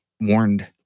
warned